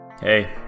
Hey